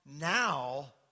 now